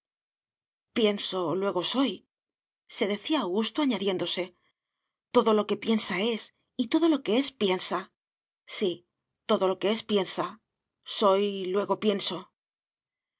pienso luego soyse decía augusto añadiéndose todo lo que piensa es y todo lo que es piensa sí todo lo que es piensa soy luego pienso al